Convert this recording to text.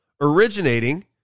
originating